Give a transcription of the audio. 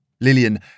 Lillian